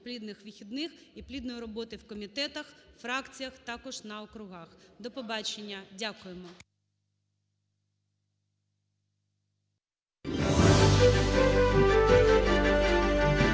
плідних вихідних і плідної роботи в комітетах, фракціях, також на округах. До побачення. Дякуємо.